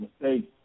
mistakes